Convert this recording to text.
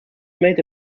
made